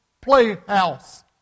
playhouse